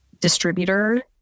distributor